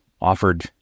offered